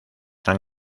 han